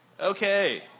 Okay